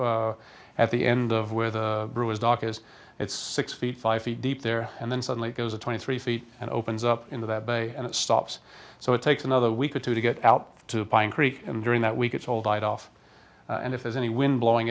up at the end of where the brew is dock is it's six feet five feet deep there and then suddenly goes a twenty three feet and opens up into the bay and it stops so it takes another week or two to get out to pine creek and during that week it's all died off and if there's any wind blowing